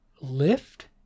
lift